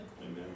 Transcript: Amen